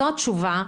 זאת תשובה,